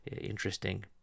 interesting